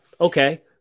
Okay